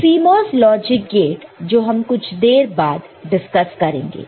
CMOS logic gate जो हम कुछ देर बाद डिसकस करेंगे